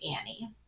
Annie